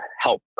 help